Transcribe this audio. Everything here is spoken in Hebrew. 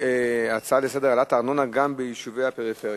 הצעה לסדר-היום מס' 3890: העלאת הארנונה גם ביישובי הפריפריה.